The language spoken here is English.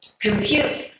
compute